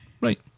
Right